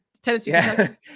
Tennessee